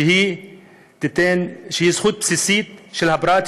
שהיא זכות בסיסית של הפרט,